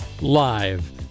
live